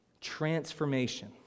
Transformation